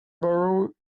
borrow